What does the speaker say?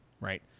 right